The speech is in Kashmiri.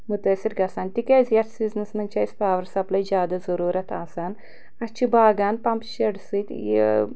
مُتٲثر گژھان تِکیٛازِ یتھ سیٖزنس منٛز چھِ اسہِ پاور سپلاے زیادٕ ضروٗرت آسان اسہِ چھِ باغن پمپ شیڈ سۭتۍ یہِ